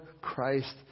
Christ